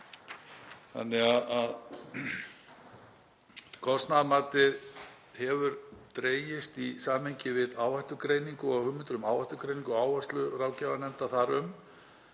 lítur út. Kostnaðarmatið hefur dregist í samhengi við áhættugreiningu og hugmyndir um áhættugreiningu og áherslur ráðgjafarnefndar þar um.